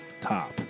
top